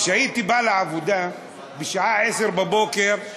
וכשהייתי בא לעבודה בשעה 10:00,